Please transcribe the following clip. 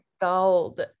gold